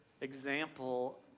example